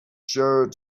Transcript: sure